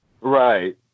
right